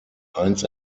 eins